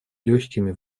легкими